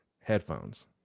headphones